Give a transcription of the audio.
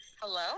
Hello